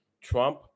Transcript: trump